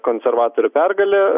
konservatorių pergalė